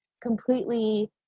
completely